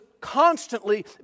constantly